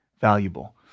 valuable